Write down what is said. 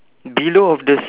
below of the s~